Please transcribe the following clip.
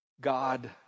God